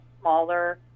smaller